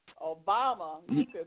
Obama